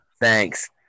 thanks